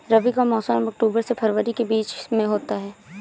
रबी का मौसम अक्टूबर से फरवरी के बीच में होता है